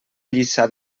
lliçà